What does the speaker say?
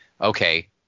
Okay